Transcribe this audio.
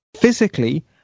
physically